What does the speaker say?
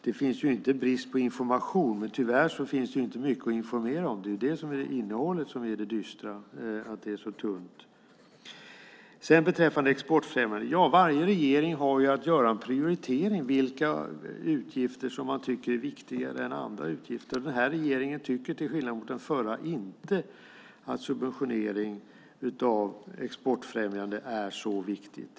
Det råder inte brist på information, men tyvärr finns det inte mycket att informera om. Det dystra är att innehållet är så tunt. Beträffande exportfrämjande åtgärder har varje regering att göra en prioritering av vilka utgifter man tycker är viktigare än andra. Denna regering tycker till skillnad mot den förra inte att subventionering av exportfrämjande åtgärder är så viktigt.